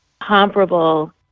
comparable